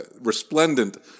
resplendent